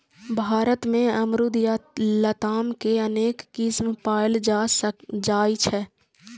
भारत मे अमरूद या लताम के अनेक किस्म पाएल जाइ छै